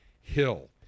Hill